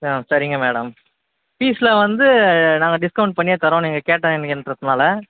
ஆ சரிங்க மேடம் ஃபீஸ்ஸில் வந்து நாங்கள் டிஸ்கவுண்ட் பண்ணியே தரோம் நீங்கள் கேட்டேங்கிறதனால்